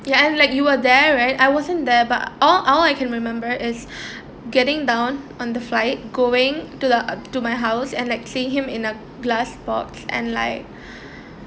ya and like you where there right I wasn't there but all all I can remember is getting down on the flight going to the uh to my house and like seeing him in a glass box and like